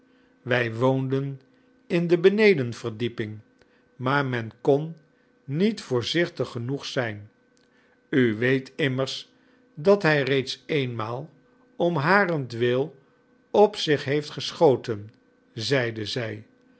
wij woonden in de benedenverdieping maar men kon niet voorzichtig genoeg zijn u weet immers dat hij reeds eenmaal om harentwil op zich heeft geschoten zeide zij